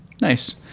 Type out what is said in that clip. Nice